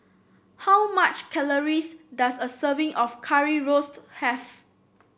how much calories does a serving of Currywurst have